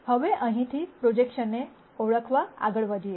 હવે અહીંથી પ્રોજેક્શનને ઓળખવા આગળ વધીએ